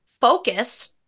focus